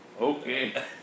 okay